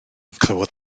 clywodd